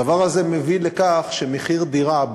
הדבר הזה מביא לכך שמחיר דירה,